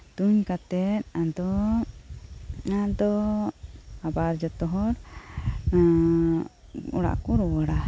ᱛᱩᱧ ᱠᱟᱛᱮᱜ ᱟᱫᱚ ᱟᱫᱚ ᱟᱵᱟᱨ ᱡᱚᱛᱚᱦᱚᱲᱚᱲᱟᱜ ᱠᱩ ᱨᱩᱣᱟᱹᱲᱟ